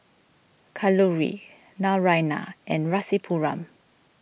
Kalluri Naraina and Rasipuram